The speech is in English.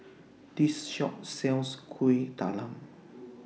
This Shop sells Kueh Talam